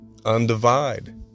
undivide